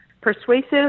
persuasive